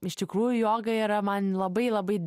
iš tikrųjų joga yra man labai labai